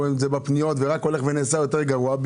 ובפניות וזה רק הולך ונעשה יותר גרוע.